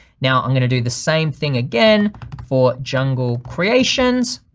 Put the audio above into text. now i'm gonna do the same thing again for jungle creations.